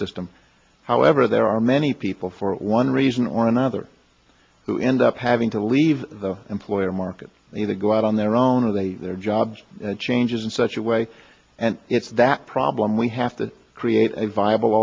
system however there are many people for one reason or another who end up having to leave the employer market go out on their own of the their jobs changes in such a way and it's that problem we have to create a viable